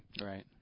Right